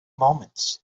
moments